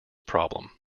problem